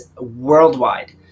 worldwide